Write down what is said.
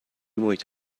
محیط